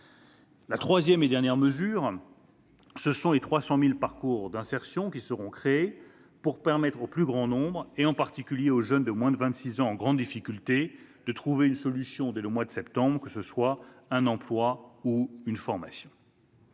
La troisième et dernière mesure vise les 300 000 parcours d'insertion qui seront créés pour permettre au plus grand nombre, en particulier aux jeunes de moins de 26 ans en grande difficulté, de trouver une solution dès le mois de septembre, que ce soit un emploi ou une formation.